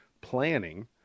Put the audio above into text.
planning